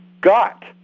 got